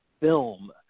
film